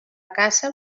caça